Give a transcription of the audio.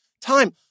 time